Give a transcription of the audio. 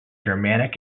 germanic